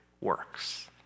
works